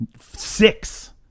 Six